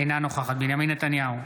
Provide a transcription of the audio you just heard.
אינה נוכחת בנימין נתניהו,